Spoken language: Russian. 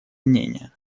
мнения